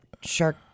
shark